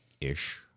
Ish